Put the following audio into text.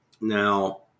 now